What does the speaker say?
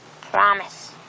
Promise